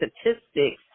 statistics